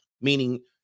Meaning